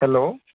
hello